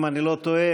אם אני לא טועה,